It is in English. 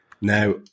Now